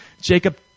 Jacob